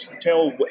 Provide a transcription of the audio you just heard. tell